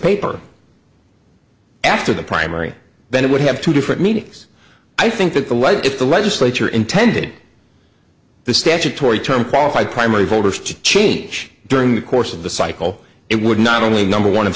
paper after the primary then it would have two different meanings i think that the light if the legislature intended the statutory term qualified primary voters to change during the course of the cycle it would not only number one of